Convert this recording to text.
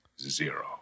zero